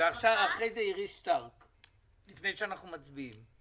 ואחרי זה אירית שטרק רוצה להגיד כמה דברים לפני שאנחנו מצביעים.